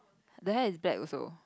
there is black also